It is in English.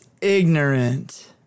ignorant